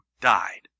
died